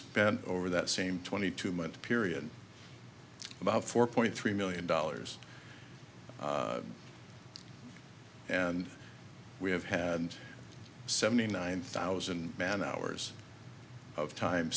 spent over that same twenty two month period about four point three million dollars and we have had seventy nine thousand man hours of time